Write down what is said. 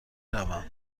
روم